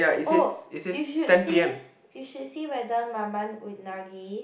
oh you should see you should see whether man-man unagi